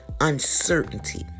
uncertainty